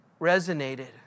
resonated